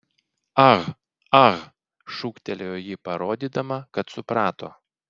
ah ah šūktelėjo ji parodydama kad suprato